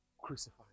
crucified